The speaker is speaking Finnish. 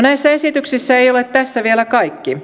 näissä esityksissä ei ole vielä kaikki